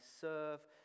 serve